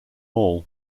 all